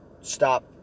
stop